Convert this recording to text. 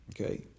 okay